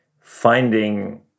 finding